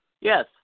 Yes